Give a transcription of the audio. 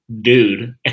dude